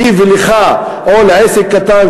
לי ולך או לעסק קטן,